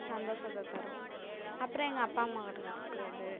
சந்தோசத்தை தரும் அப்புறம் எங்கள் அப்பா அம்மாவோடய இருக்கிறது